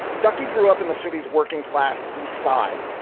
ducky grew up in the city's working class east side.